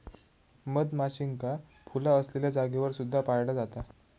मधमाशींका फुला असलेल्या जागेवर सुद्धा पाळला जाता